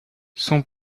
son